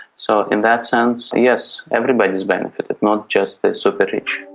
so in that sense, yes, everybody has benefited, not just the super-rich.